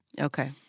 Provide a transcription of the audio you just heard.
Okay